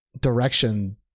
direction